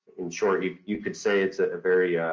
in short, you you could say it's a very